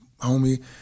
homie